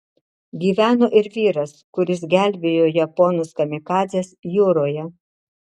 gyveno ir vyras kuris gelbėjo japonus kamikadzes jūroje